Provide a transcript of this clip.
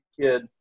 kid